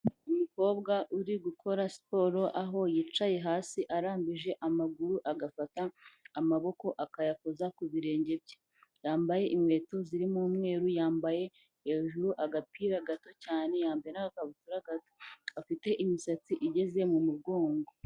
Umukobwa uri gukora siporo, aho yicaye hasi arambije amaguru agafata amaboko akayakoza ku birenge bye, yambaye inkweto zirimo umweru yambaye hejuru agapira gato cyane, yambaye n'agakabutura gato, afite imisatsi igeze mu mugongo.